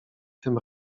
tym